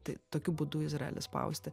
tai tokiu būdu izraelį spausti